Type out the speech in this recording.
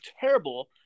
terrible